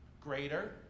Greater